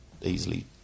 easily